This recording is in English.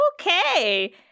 Okay